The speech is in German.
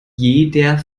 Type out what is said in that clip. jeder